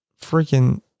freaking